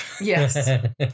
Yes